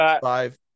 five